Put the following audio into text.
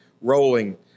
rolling